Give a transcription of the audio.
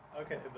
Okay